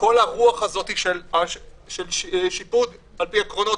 כל הרוח הזו של שיפוט לפי עקרונות